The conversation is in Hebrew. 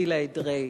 גילה אדרעי.